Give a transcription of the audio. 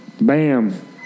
bam